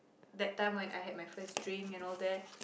that time when I had my first drink and all that